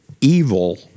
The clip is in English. Evil